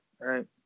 right